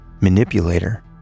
manipulator